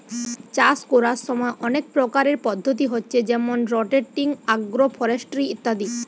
চাষ কোরার সময় অনেক প্রকারের পদ্ধতি হচ্ছে যেমন রটেটিং, আগ্রফরেস্ট্রি ইত্যাদি